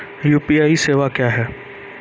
UPI सेवा क्या हैं?